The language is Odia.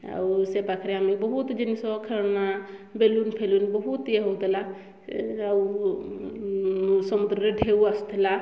ଆଉ ସେଇ ପାଖରେ ଆମେ ବହୁତ ଜିନିଷ ଖେଳନା ବେଲୁନ୍ ଫେଲୁନ୍ ବହୁତ ଇଏ ହେଉଥିଲା ଆଉ ସମୁଦ୍ରରେ ଢେଉ ଆସୁଥିଲା